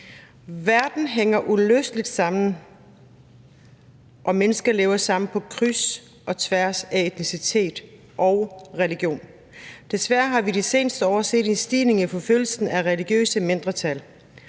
Verden hænger uløseligt sammen, og mennesker lever sammen på kryds og tværs af etnicitet og religion. Desværre har vi i de seneste år set en stigning i forfølgelsen af religiøse mindretal.